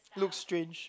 looks strange